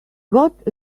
got